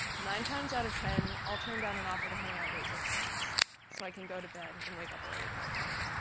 nine times out of ten i'll turn down an offer to hang out late with friends so i can go to bed and wake up early to work out.